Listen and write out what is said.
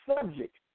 subject